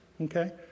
okay